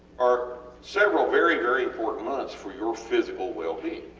are several very, very important months for your physical wellbeing.